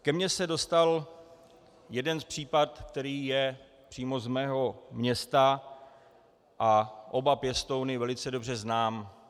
Ke mně se dostal jeden případ, který je přímo z mého města, a oba pěstouny velice dobře znám.